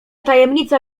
tajemnica